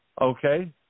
Okay